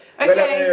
Okay